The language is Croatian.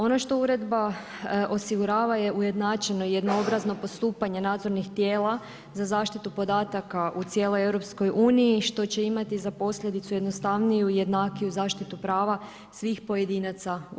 Ono što uredba osigurava je ujednačeno jednoobrazno postupanje nadzornih tijela za zaštitu podataka u cijeloj EU, što će imati za posljedicu jednostavniju, jednakiju zaštitu prava svih pojedinaca u EU.